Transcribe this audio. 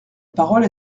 parole